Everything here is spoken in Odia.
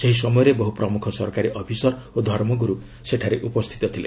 ସେହି ସମୟରେ ବହୁ ପ୍ରମୁଖ ସରକାରୀ ଅଫିସର୍ ଓ ଧର୍ମଗୁରୁ ସେଠାରେ ଉପସ୍ଥିତ ଥିଲେ